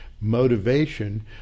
motivation